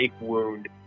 wound